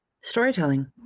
storytelling